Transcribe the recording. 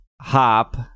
hop